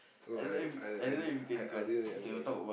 oh I I I didn't I I didn't remember